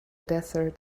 desert